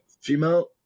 female